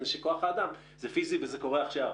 מפני שכוח אדם זה פיזי וזה קורה עכשיו.